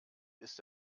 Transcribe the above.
ist